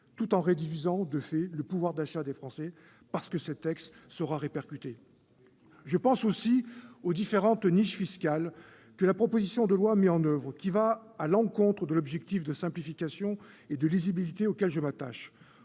tout en réduisant de fait le pouvoir d'achat des Français, parce que cette mesure sera répercutée. Je pense aussi aux différentes niches fiscales que la proposition de loi met en oeuvre, qui vont à l'encontre de l'objectif de simplification et de lisibilité auquel je m'attache.